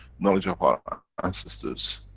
knowledge of our ancestors.